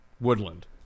Woodland